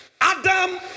Adam